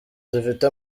zifite